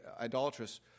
idolatrous